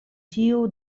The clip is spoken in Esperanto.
tiu